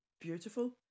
beautiful